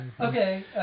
Okay